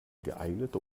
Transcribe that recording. geeignete